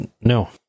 No